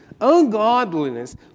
ungodliness